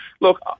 look